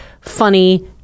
funny